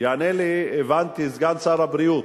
יענה לי, הבנתי, סגן שר הבריאות.